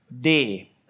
day